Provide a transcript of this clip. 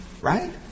right